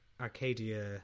arcadia